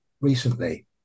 recently